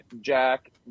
Jack